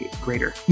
greater